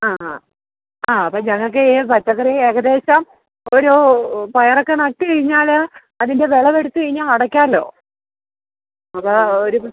ആ ആ ആ അപ്പോള് ഞങ്ങള്ക്ക് ഈ പച്ചക്കറി ഏകദേശം ഒരു പയറൊക്കെ നട്ടുകഴിഞ്ഞാല് അതിന്റെ വിളവെടുത്തുകഴിഞ്ഞാല് അടയ്ക്കാമല്ലോ അപ്പോള് ഒരു